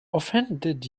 offended